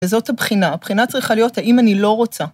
‫וזאת הבחינה. הבחינה צריכה להיות ‫האם אני לא רוצה.